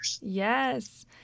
yes